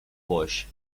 boix